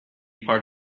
part